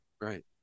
Right